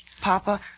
Papa